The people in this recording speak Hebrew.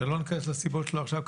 ולא נכנס לסיבות שלו עכשיו,